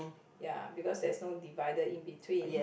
ya because there is no divider in between